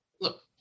Look